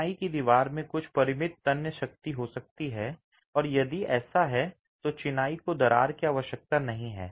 चिनाई की दीवार में कुछ परिमित तन्य शक्ति हो सकती है और यदि ऐसा है तो चिनाई को दरार की आवश्यकता नहीं है